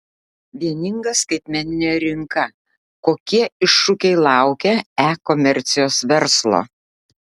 vieninga skaitmeninė rinka kokie iššūkiai laukia e komercijos verslo